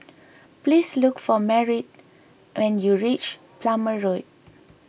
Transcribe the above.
please look for Merritt when you reach Plumer Road